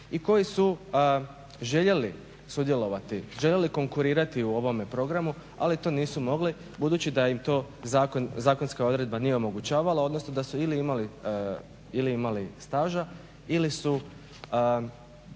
i koji su željeli sudjelovati, željeli konkurirati u ovom programu, ali to nisu mogli budući da im to zakonska odredba nije omogućavala odnosno da su ili imali staža ili su